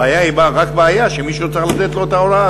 הבעיה היא רק שמישהו צריך לתת לו את ההוראה,